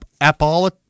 Apple